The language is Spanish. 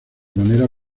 manera